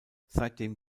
seitdem